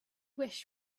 wish